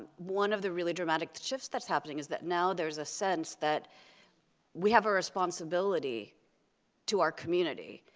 one of the really dramatic shifts that's happening, is that now there's a sense that we have a responsibility to our community,